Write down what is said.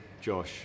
Josh